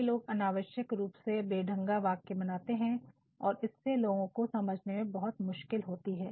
कई लोग अनावश्यक रूप से बेढंगा वाक्य बनाते हैं और इससे लोगों को समझने में बहुत मुश्किल होती है